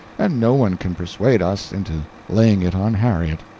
and no one can persuade us into laying it on harriet.